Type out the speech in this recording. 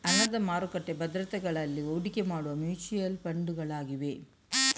ಹಣದ ಮಾರುಕಟ್ಟೆ ಭದ್ರತೆಗಳಲ್ಲಿ ಹೂಡಿಕೆ ಮಾಡುವ ಮ್ಯೂಚುಯಲ್ ಫಂಡುಗಳಾಗಿವೆ